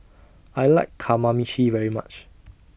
I like Kamameshi very much